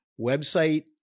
website